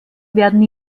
werden